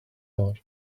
thought